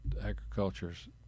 agriculture's